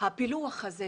הפילוח הזה,